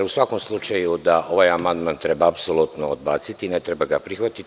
U svakom slučaju, da ovaj amandman treba apsolutno odbaciti i ne treba ga prihvatiti.